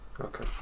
Okay